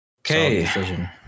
Okay